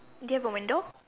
do you have a window